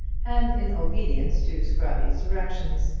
and in obedience to scrobby's directions,